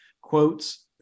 quotes